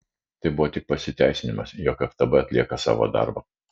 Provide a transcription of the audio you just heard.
tai buvo tik pasiteisinimas jog ftb atlieka savo darbą